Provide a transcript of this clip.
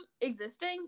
existing